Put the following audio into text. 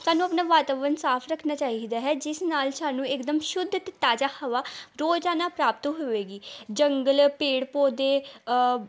ਸਾਨੂੰ ਆਪਣਾ ਵਾਤਾਵਰਨ ਸਾਫ ਰੱਖਣਾ ਚਾਹੀਦਾ ਹੈ ਜਿਸ ਨਾਲ ਸਾਨੂੰ ਇਕਦਮ ਸ਼ੁੱਧ ਅਤੇ ਤਾਜ਼ਾ ਹਵਾ ਰੋਜ਼ਾਨਾ ਪ੍ਰਾਪਤ ਹੋਵੇਗੀ ਜੰਗਲ ਪੇੜ ਪੌਦੇ